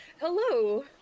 Hello